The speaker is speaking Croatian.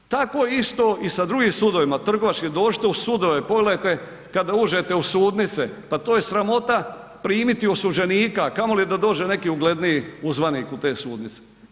Tako je isto i sa drugim sudovima, trgovački, dođite u sudove, pogledajte kad uđete u sudnice, pa to je sramota primiti osuđenika a kamoli da dođe neki ugledniji uzvanik u te sudnice.